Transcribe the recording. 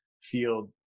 field